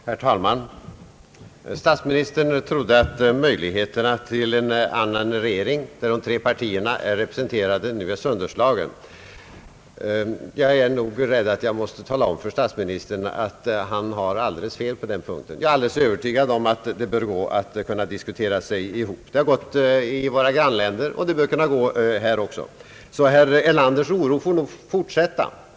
Herr talman! Statsministern trodde att möjligheterna att få en annan regering, där de tre borgerliga partierna är representerade, nu är borta. Jag är rädd att jag måste tala om för statsministern att han har alldeles fel på den punkten. Jag är övertygad om att det bör kunna gå att diskutera ihop sig. Det har gått 1 våra grannländer, och det bör kunna gå här också. Herr Erlanders oro får nog fortsätta.